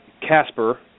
Casper